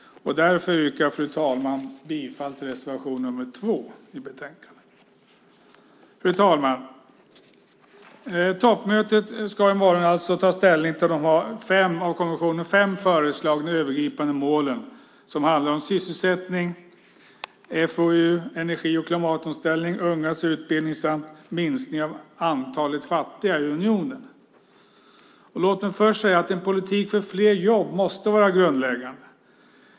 Därför yrkar jag bifall till reservation 2. Fru talman! Toppmötet i morgon ska alltså ta ställning till de fem av kommissionen föreslagna övergripande målen som handlar om sysselsättning, FoU, energi och klimatomställning, ungas utbildning samt minskning av antalet fattiga i EU. Låt mig först säga att en politik för fler jobb måste vara grundläggande.